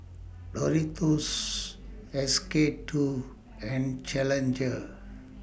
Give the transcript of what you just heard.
Doritos S K two and Challenger